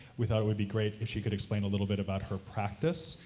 we thought it would be great if she could explain a little bit about her practice,